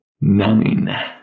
Nine